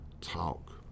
talk